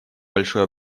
большой